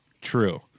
true